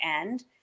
end